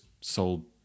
sold